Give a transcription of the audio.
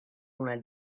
una